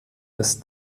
ist